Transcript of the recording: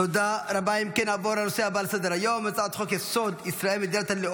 הקלות במבחני הלשכה ללוחמי